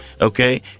okay